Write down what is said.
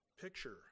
picture